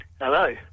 Hello